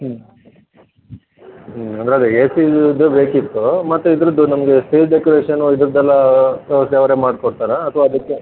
ಹ್ಞೂ ಹ್ಞೂ ಅಂದರಲ್ಲಿ ಎ ಸಿದು ಬೇಕಿತ್ತು ಮತ್ತು ಇದ್ರದ್ದು ನಮಗೆ ಸ್ಟೇಜ್ ಡೆಕೋರೇಷನ್ನು ಇದ್ರದ್ದೆಲ್ಲ ವ್ಯವಸ್ಥೆ ಅವರೇ ಮಾಡಿಕೊಡ್ತಾರಾ ಅಥವಾ ಅದಕ್ಕೆ